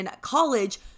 college